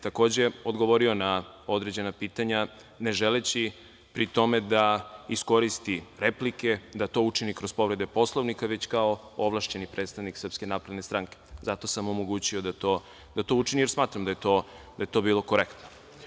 Takođe, je odgovorio na određena pitanja ne želeći pri tome da iskoristi replike, da to učini kroz povrede Poslovnika već kao ovlašćeni predstavnik SNS zato sam mu omogućio da to učini, jer smatram da je to bilo korektno.